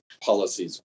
policies